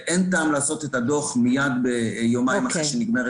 אין טעם לעשות את הדוח מיד יומיים אחרי שנגמרת השנה.